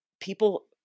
people